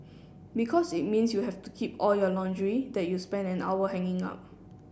because it means you have to keep all your laundry that you spent an hour hanging up